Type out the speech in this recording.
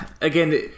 again